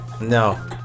no